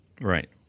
Right